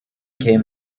came